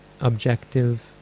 objective